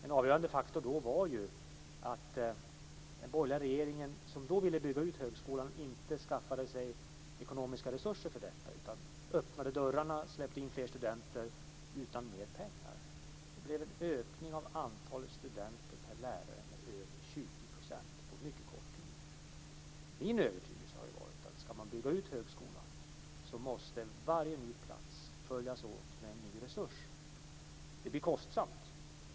En avgörande faktor var att den borgerliga regeringen, som då ville bygga ut högskolan, inte skaffade sig ekonomiska resurser för detta, utan öppnade dörrarna och släppte in fler studenter utan att anslå mer pengar. Det blev en ökning av antalet studenter per lärare med över 20 % på mycket kort tid. Min övertygelse har varit att om man ska bygga ut högskolan måste varje ny plats följas av en ny resurs. Det blir kostsamt.